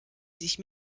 sich